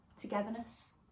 togetherness